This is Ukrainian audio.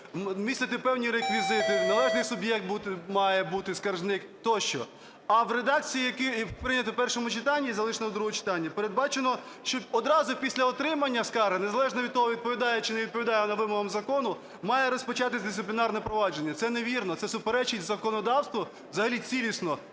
містити певні реквізити, належний суб'єкт бути... має бути скаржник тощо. А в редакції, яка прийнята в першому читанні і залишено до другого читання, передбачено, що одразу після отримання скарги, незалежно від того, відповідає чи не відповідає вона вимогам закону, має розпочатися дисциплінарне провадження. Це невірно, це суперечить законодавству взагалі цілісно